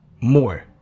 more